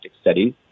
studies